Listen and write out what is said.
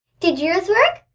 did yours work?